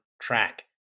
track